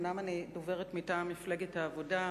אומנם אני דוברת מטעם מפלגת העבודה,